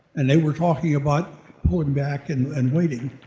and they were talking about pulling back and and waiting.